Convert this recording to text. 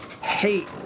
hate